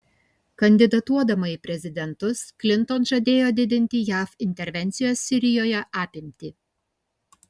kandidatuodama į prezidentus klinton žadėjo didinti jav intervencijos sirijoje apimtį